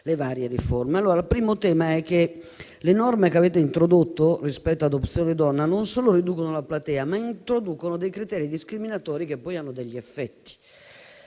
le varie riforme. Allora il primo tema è che le norme che avete introdotto rispetto ad Opzione donna non solo riducono la platea, ma introducono dei criteri discriminatori che poi hanno degli effetti: